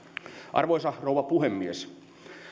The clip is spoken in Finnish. arvoisa rouva puhemies